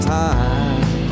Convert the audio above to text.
time